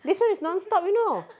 this [one] is non-stop you know